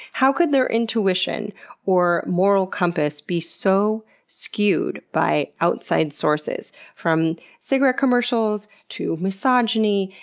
how could their intuition or moral compass be so skewed by outside sources? from cigarette commercials, to misogyny,